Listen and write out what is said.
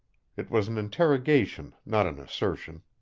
it was an interrogation, not an assertion.